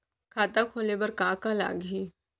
खाता खोले बार का का लागही?